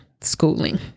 schooling